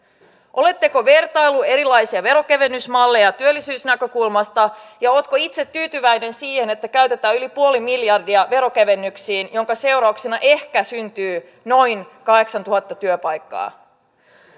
oletteko vertaillut erilaisia veronkevennysmalleja työllisyysnäkökulmasta ja oletko itse tyytyväinen siihen että käytetään yli puoli miljardia veronkevennyksiin minkä seurauksena ehkä syntyy noin kahdeksantuhatta työpaikkaa